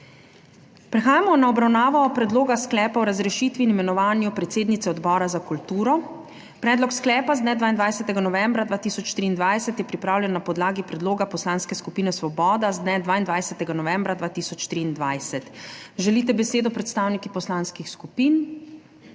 Prehajamo na obravnavo Predloga sklepa o razrešitvi in imenovanju predsednice Odbora za kulturo. Predlog sklepa z dne 22. novembra 2023 je pripravljen na podlagi predloga Poslanske skupine Svoboda z dne 22. novembra 2023. Želite besedo predstavniki poslanskih skupin?